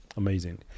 amazing